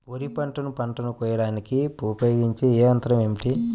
వరిపంటను పంటను కోయడానికి ఉపయోగించే ఏ యంత్రం ఏమిటి?